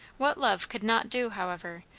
what love could not do, however,